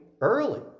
early